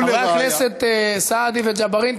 חברי הכנסת סעדי וג'בארין,